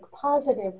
positive